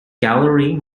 gallery